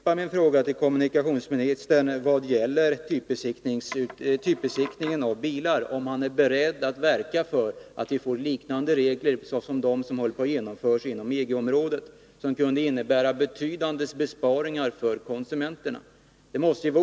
Fru talman! Jag vill upprepa min fråga till kommunikationsministern om typbesiktningen på bilar: Är han beredd verka för att vi får liknande regler som de som håller på att genomföras inom EG-området och som kan innebära betydande besparingar för konsumenterna?